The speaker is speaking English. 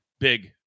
Big